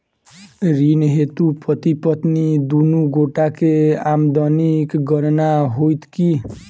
ऋण हेतु पति पत्नी दुनू गोटा केँ आमदनीक गणना होइत की?